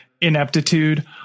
ineptitude